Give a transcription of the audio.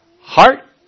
Heart